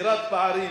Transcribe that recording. סגירת פערים